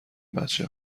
بچه